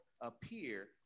appear